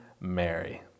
Mary